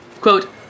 Quote